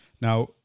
Now